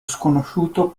sconosciuto